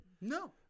No